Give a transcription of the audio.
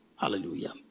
Hallelujah